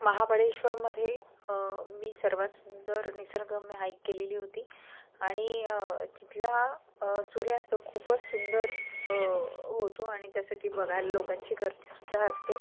महाबळेश्वरमध्ये मी सर्वात सुंदर निसर्गरम्य हाइक केलेली होती आणि तिथला सूर्यास्त खूपच सुंदर होतो आणि त्यासाठी बघायला लोकांची गर्दी सुद्धा असते